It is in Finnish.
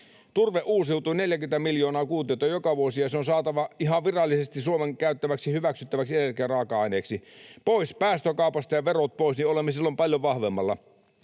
Turve uusiutuu 40 miljoonaa kuutiota joka vuosi, ja se on saatava ihan virallisesti Suomen käyttämäksi hyväksyttäväksi energiaraaka-aineeksi. Pois päästökaupasta ja verot pois, niin olemme silloin paljon vahvemmalla